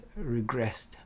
regressed